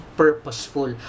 purposeful